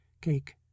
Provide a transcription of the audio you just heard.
cake